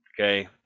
okay